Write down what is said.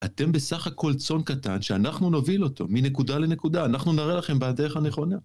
אתם בסך הכל צאן קטן שאנחנו נוביל אותו מנקודה לנקודה, אנחנו נראה לכם בדרך הנכונה.